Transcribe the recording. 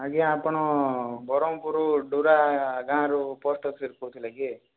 ଆଜ୍ଞା ଆପଣ ବ୍ରହ୍ମପୁର ଡୋରା ଗାଁରୁ ପୋଷ୍ଟ୍ ଅଫିସରୁ କହୁଥିଲେ କି